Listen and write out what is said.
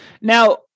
Now